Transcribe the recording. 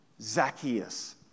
Zacchaeus